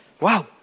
wow